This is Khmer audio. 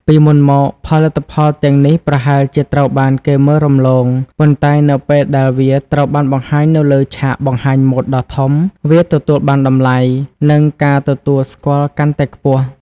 ពីមុនមក ផលិតផលទាំងនេះប្រហែលជាត្រូវបានគេមើលរំលង ប៉ុន្តែនៅពេលដែលវាត្រូវបានបង្ហាញនៅលើឆាកបង្ហាញម៉ូដដ៏ធំ វាទទួលបានតម្លៃ និងការទទួលស្គាល់កាន់តែខ្ពស់។